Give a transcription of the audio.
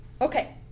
Okay